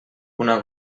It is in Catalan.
una